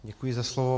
Děkuji za slovo.